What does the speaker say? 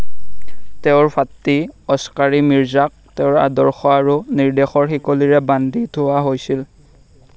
তেওঁৰ ভাতৃ অস্কাৰী মিৰ্জাক তেওঁৰ আদৰ্শ আৰু নিৰ্দেশৰ শিকলিৰে বান্ধি থোৱা হৈছিল